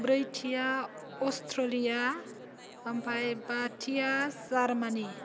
ब्रैथिया Australia आमफ्राय बाथिया जार्मानी